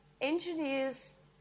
engineers